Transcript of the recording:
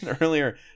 earlier